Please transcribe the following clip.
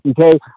okay